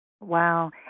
Wow